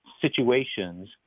situations